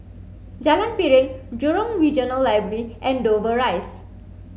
Jalan Piring Jurong Regional Library and Dover Rise